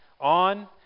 on